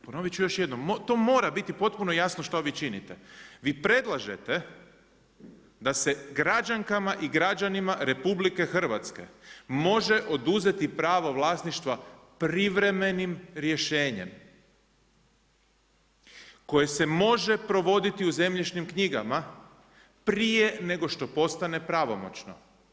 Ponoviti ću još jednom, to mora biti potpuno jasno što vi činite, vi predlažete da se građankama i građanima RH može oduzeti pravo vlasništva privremenim rješenjem koje se može provoditi u zemljišnim knjigama prije nego što postane pravomoćno.